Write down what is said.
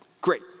great